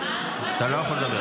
אתה לא יכול לדבר.